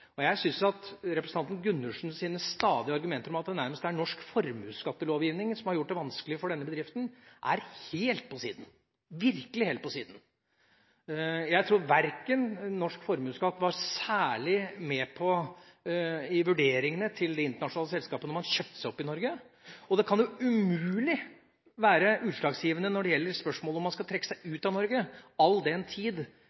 overfor. Jeg syns representanten Gundersens stadige argumentering om at det nærmest er norsk formuesskattelovgivning som har gjort det vanskelig for denne bedriften, er helt på siden – virkelig helt på siden. Jeg tror ikke norsk formuesskatt var særlig med i vurderingene til de internasjonale selskapene da de kjøpte seg opp i Norge. Og det kan umulig være utslagsgivende når det gjelder spørsmålet om man skal trekke seg